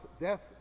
death